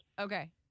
Okay